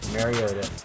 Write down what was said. Mariota